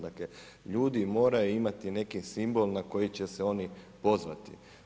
Dakle, ljudi moraju imati neki simbol na koji će se oni pozvati.